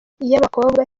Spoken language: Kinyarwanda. y’abakobwa